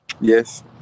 Yes